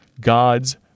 God's